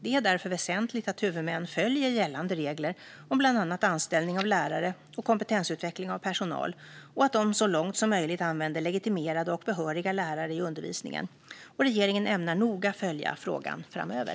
Det är därför väsentligt att huvudmän följer gällande regler om bland annat anställning av lärare och kompetensutveckling av personal och att de så långt som möjligt använder legitimerade och behöriga lärare i undervisningen. Regeringen ämnar noga följa frågan framöver.